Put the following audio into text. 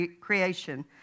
creation